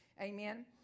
amen